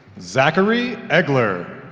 zachary egeler